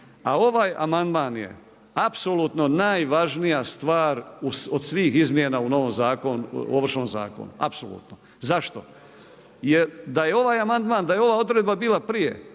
A ovaj amandman je apsolutno najvažnija stvar od svih izmjena u Ovršnom zakonu apsolutno. Zašto? Jer da je ovaj amandman, da je ova odredba bila prije